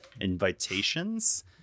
invitations